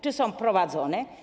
Czy są prowadzone?